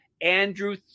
Andrew